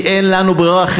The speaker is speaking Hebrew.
כי אין לנו ברירה,